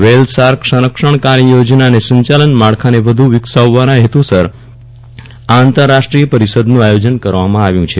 whale shark સંરક્ષણ કાર્યયોજના અને સંચાલન માળખાને વધુ વિકસાવવાના હેતુસર આ આંતરરાષ્ટ્રીય પરિષદનું આયોજન કરવામાં આવ્યુ છે